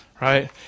Right